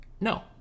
No